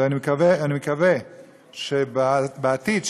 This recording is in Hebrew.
ואני מקווה בעתיד,